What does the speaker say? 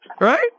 Right